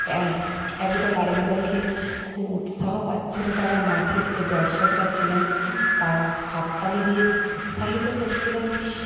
একদল আরেকদলকে খুব উৎসাহ পাচ্ছিলো তারা মাঠের যে দর্শকরা ছিলেন তারা হাততালি দিয়ে উৎসাহিত করছিলেন